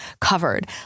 covered